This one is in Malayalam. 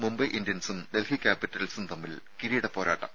മുംബൈ ഇന്ത്യൻസും ഡൽഹി ക്യാപിറ്റൽസും തമ്മിൽ കിരീട പോരാട്ടം